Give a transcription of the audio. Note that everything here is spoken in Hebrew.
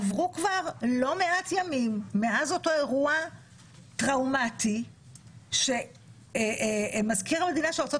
עברו כבר לא מעט ימים מאז אותו אירוע טראומתי שבו מזכיר המדינה של ארצות